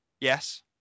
Yes